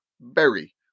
Berry